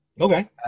Okay